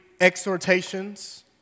exhortations